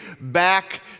Back